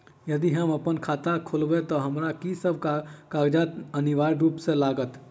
यदि हम अप्पन खाता खोलेबै तऽ हमरा की सब कागजात अनिवार्य रूप सँ लागत?